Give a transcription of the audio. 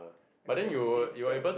I work since sec